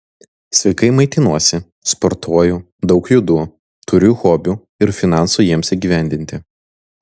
sveikai maitinuosi sportuoju daug judu turiu hobių ir finansų jiems įgyvendinti